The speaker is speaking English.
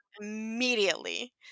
immediately